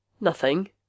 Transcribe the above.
Nothing